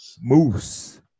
Moose